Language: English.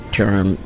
term